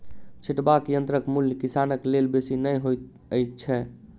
छिटबाक यंत्रक मूल्य किसानक लेल बेसी नै होइत छै